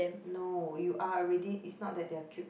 no you are already is not that they're cute